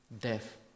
Death